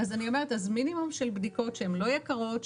מינימום של בדיקות שהן לא יקרות,